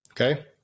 Okay